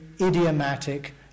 idiomatic